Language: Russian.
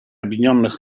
объединенных